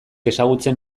ezagutzen